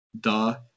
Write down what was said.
Duh